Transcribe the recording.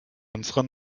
unserer